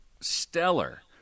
stellar